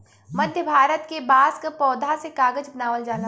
मध्य भारत के बांस क पौधा से कागज बनावल जाला